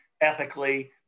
ethically